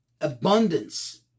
abundance